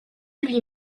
lui